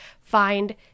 find